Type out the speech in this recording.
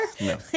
No